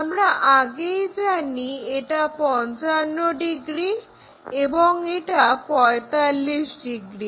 আমরা আগেই জানি এটা 55 ডিগ্রি এবং এটা 45 ডিগ্রি